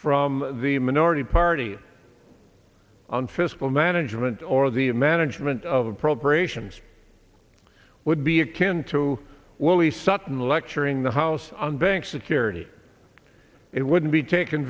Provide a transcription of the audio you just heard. from the minority party on fiscal management or the management of appropriations would be akin to what we sutton lecturing the house on bank security it wouldn't be taken